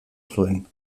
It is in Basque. zuen